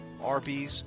Arby's